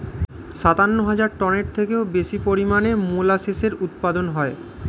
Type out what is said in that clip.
সাতান্ন হাজার টনের থেকেও বেশি পরিমাণে মোলাসেসের উৎপাদন হয়